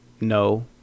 No